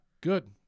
good